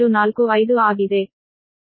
845 ಆಗಿದೆ